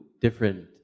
different